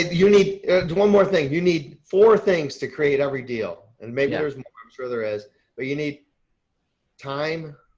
you need one more thing. you need four things to create every deal and maybe there's more, sure there is, but you need time,